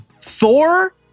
Thor